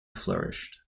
flourished